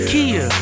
Kia